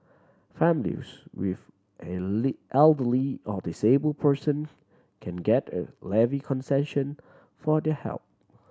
families with an elderly or disabled person can get a levy concession for their help